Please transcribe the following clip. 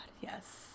yes